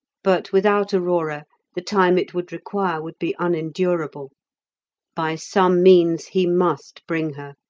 but without aurora the time it would require would be unendurable by some means he must bring her.